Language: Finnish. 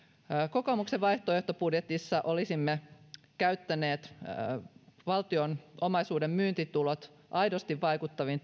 kokoomuksen vaihtoehtobudjetissa olisimme käyttäneet valtion omaisuuden myyntitulot aidosti vaikuttaviin